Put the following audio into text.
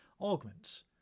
augments